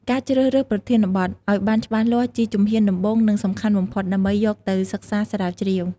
ការជ្រើសរើសប្រធានបទ ឱ្យបានច្បាស់លាស់ជាជំហានដំបូង និងសំខាន់បំផុត ដើម្បីយកទៅសិក្សាស្រាវជ្រាវ។